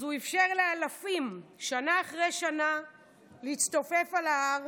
אז הוא אפשר לאלפים שנה אחרי שנה להצטופף על ההר,